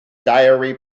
diary